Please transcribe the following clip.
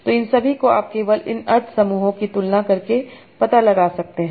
तो इन सभी को आप केवल इन अर्थ समूहों की तुलना करके पता लगा सकते हैं